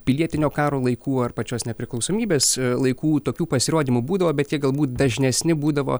pilietinio karo laikų ar pačios nepriklausomybės laikų tokių pasirodymų būdavo bet jie galbūt dažnesni būdavo